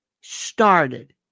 started